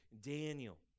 Daniel